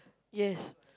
yes